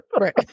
Right